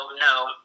no